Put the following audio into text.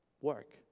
Work